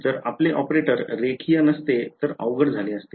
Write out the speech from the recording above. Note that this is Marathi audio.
जर आपले ऑपरेटर रेखीय नसते तर अवघड झाले असते